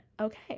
Okay